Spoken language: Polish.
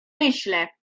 myślę